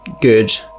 good